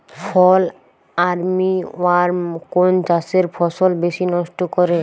ফল army worm কোন চাষের ফসল বেশি নষ্ট করে?